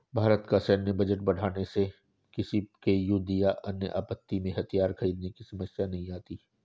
भारत का सैन्य बजट बढ़ाने से किसी प्रकार के युद्ध या अन्य आपत्ति में हथियार खरीदने की समस्या नहीं आती